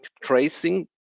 tracing